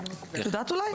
את אולי יודעת?